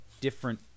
different